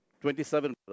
twenty-seven